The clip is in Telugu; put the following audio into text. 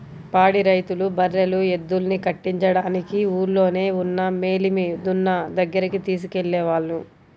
పాడి రైతులు బర్రెలు, ఎద్దుల్ని కట్టించడానికి ఊల్లోనే ఉన్న మేలిమి దున్న దగ్గరికి తీసుకెళ్ళేవాళ్ళు